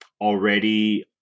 already